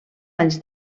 anys